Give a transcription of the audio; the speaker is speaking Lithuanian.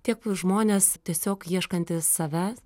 tiek žmonės tiesiog ieškantys save